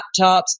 laptops